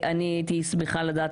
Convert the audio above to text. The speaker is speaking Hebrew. אלה היו הנתונים.